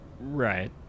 Right